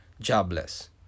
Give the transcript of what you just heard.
jobless